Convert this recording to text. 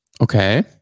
Okay